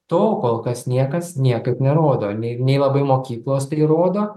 to kol kas niekas niekaip nerodo nei nei labai mokyklos tai rodo